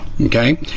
okay